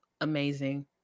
amazing